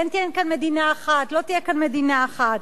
כן תהיה כאן מדינה אחת, לא תהיה פה מדינה אחת.